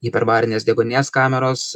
hiperbarinės deguonies kameros